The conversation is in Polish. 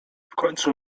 końcu